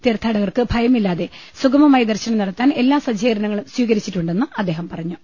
തീർത്ഥാടകർക്ക് ഭയമില്ലാതെ സുഗമമായി ദർശനം നടത്താൻ എല്ലാ സജ്ജീകരണങ്ങളും സ്വീകരിച്ചിട്ടുണ്ടെന്നും അദ്ദേഹം പറഞ്ഞു